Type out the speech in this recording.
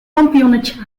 lampionnetje